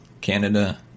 Canada